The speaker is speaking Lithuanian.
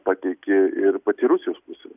pateikė ir pati rusijos pusė